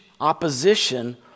opposition